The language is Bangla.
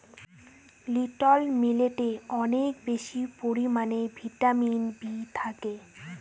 লিটিল মিলেটে অনেক বেশি পরিমানে ভিটামিন বি থাকে